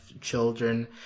children